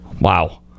Wow